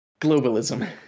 globalism